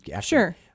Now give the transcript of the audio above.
sure